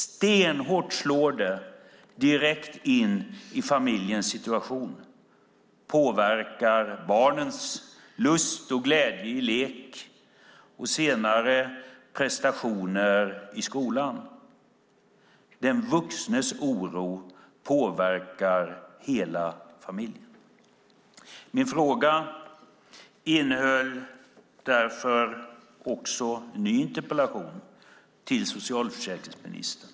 Stenhårt slår det direkt in i familjens situation och påverkar barnens lust och glädje i lek och senare deras prestationer i skolan. Den vuxnes oro påverkar hela familjen. Min fråga innehöll därför också en ny interpellation till socialförsäkringsministern.